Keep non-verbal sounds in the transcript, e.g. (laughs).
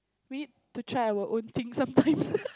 we need to try our own things sometimes (laughs)